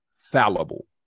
fallible